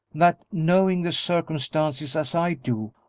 that, knowing the circumstances as i do,